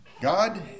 God